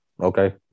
Okay